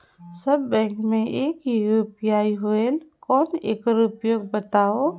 सब bank मे एक ही यू.पी.आई होएल कौन एकर उपयोग बताव?